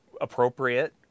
appropriate